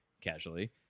casually